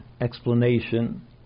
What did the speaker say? explanation